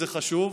זה חשוב,